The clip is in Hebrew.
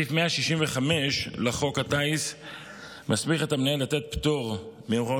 סעיף 165 לחוק הטיס מסמיך את המנהל לתת פטור מהוראות